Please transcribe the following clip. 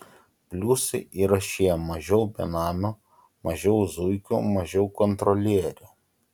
pliusai yra šie mažiau benamių mažiau zuikių mažiau kontrolierių